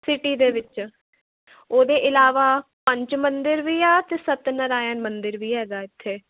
city ਦੇ ਵਿੱਚ ਉਹਦੇ ਇਲਾਵਾ ਪੰਚ ਮੰਦਰ ਵੀ ਆ ਅਤੇ ਸੱਤ ਨਰਾਇਣ ਮੰਦਰ ਵੀ ਹੈਗਾ ਇਥੇ